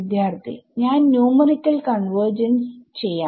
വിദ്യാർത്ഥി ഞാൻ numerical convergence ചെയ്യാം